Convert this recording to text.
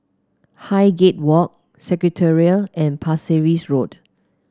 Highgate Walk Secretariat and Pasir Ris Road